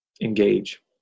engage